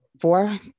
four